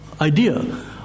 idea